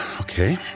Okay